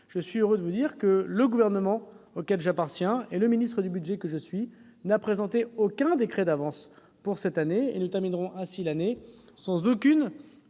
je suis heureux de vous dire que le Gouvernement auquel j'appartiens et le ministre du budget que je suis n'ont présenté aucun décret d'avance pour cette année. Nous terminerons ainsi l'exercice